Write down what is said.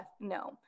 no